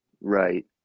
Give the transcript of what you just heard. Right